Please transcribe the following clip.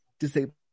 disabled